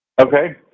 Okay